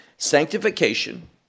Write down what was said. Sanctification